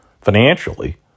financially